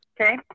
Okay